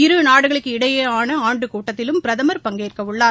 இருநாடுகளுக்கு இடையேயான ஆண்டு கூட்டத்திலும் பிரதமர் பங்கேற்க உள்ளார்